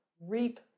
reap